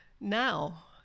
now